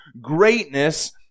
greatness